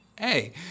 Hey